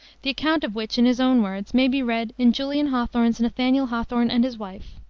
the account of which, in his own words, may be read in julian hawthorne's nathaniel hawthorne and his wife.